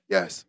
Yes